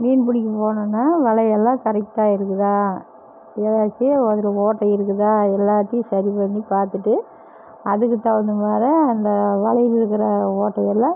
மீன் பிடிக்க போகணுன்னா வலையெல்லாம் கரெக்டாக இருக்குதா எதாச்சு அதில் ஓட்டை இருக்குதா எல்லாத்தேயும் சரி பண்ணி பார்த்துட்டு அதுக்குத் தகுந்த மாரி அந்த வலையில் இருக்கிற ஓட்டையெல்லாம்